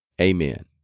amen